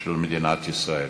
של מדינת ישראל,